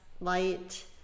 light